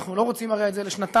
אנחנו הרי לא רוצים את זה לשנתיים,